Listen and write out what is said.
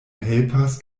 helpas